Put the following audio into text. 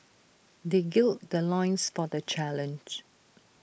they gird the loins for the challenge